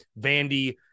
Vandy